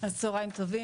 צהריים טובים.